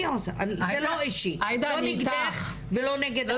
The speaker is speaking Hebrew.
זה לא אישי, זה לא נגדך ולא נגד אף אחד.